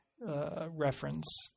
reference